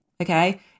Okay